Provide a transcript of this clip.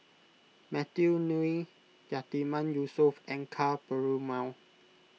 Matthew Ngui Yatiman Yusof and Ka Perumal